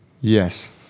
yes